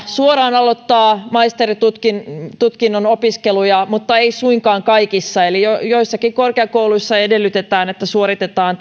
suoraan aloittaa maisteritutkinnon opiskeluja mutta ei suinkaan kaikissa eli joissakin korkeakouluissa edellytetään että suoritetaan